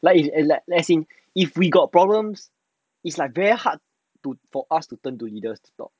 like if let let's say if we got problems it's like very hard to for us to turn to leaders to talk